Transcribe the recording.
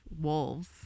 wolves